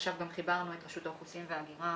עכשיו גם חיברנו את רשות האוכלוסין וההגירה